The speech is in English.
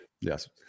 Yes